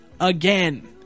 again